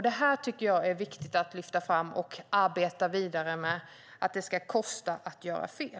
Det är viktigt att lyfta fram och arbeta vidare med att det ska kosta att göra fel.